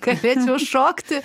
galėčiau šokti